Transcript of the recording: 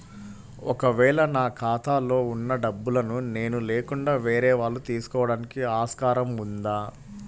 ఒక వేళ నా ఖాతాలో వున్న డబ్బులను నేను లేకుండా వేరే వాళ్ళు తీసుకోవడానికి ఆస్కారం ఉందా?